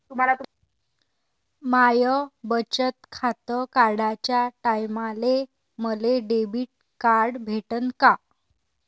माय बचत खातं काढाच्या टायमाले मले डेबिट कार्ड भेटन का?